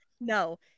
No